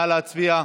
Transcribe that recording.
נא להצביע.